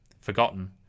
forgotten